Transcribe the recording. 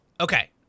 Okay